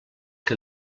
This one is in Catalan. que